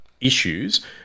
issues